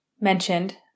mentioned